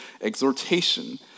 exhortation